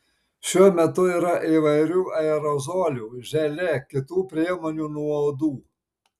šiuo metu yra įvairių aerozolių želė kitų priemonių nuo uodų